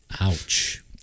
Ouch